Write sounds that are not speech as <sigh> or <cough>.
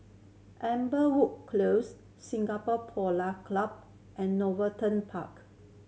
Amberwood Close Singapore Polo Club and <unintelligible> Park